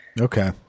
Okay